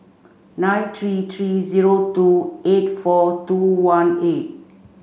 nine three three zero two eight four two one eight